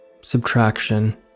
subtraction